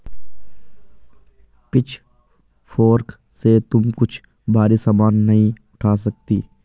pitchfork से तुम कुछ भारी सामान नहीं उठा सकती